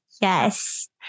Yes